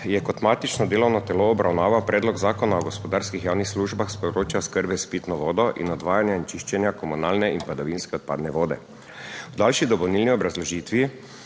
je kot matično delovno telo obravnaval predlog zakona o gospodarskih javnih službah s področja oskrbe s pitno vodo in odvajanja in čiščenja komunalne in padavinske odpadne vode. V daljši dopolnilni obrazložitvi